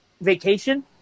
vacation